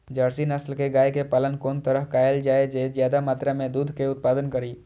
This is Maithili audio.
जर्सी नस्ल के गाय के पालन कोन तरह कायल जाय जे ज्यादा मात्रा में दूध के उत्पादन करी?